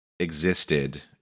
Existed